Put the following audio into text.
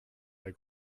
der